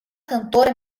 cantora